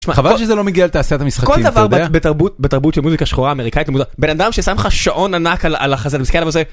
זה לא מגיע לתעשיית המשחקים בתרבות, בתרבות במוזיקה שחורה אמריקאית בן אדם ששם לך שעון ענק על החזה.